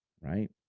right